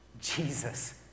Jesus